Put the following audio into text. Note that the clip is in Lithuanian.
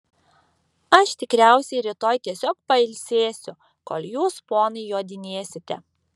aš tikriausiai rytoj tiesiog pailsėsiu kol jūs ponai jodinėsite